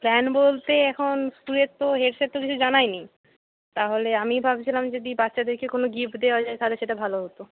plan বলতে এখন স্কুলের তো হেড স্যার তো কিছু জানায় নি তাহলে আমি ভাবছিলাম যদি বাচ্চাদেরকে কোনো গিফট দেওয়া যায় তাহলে সেটা ভালো হতো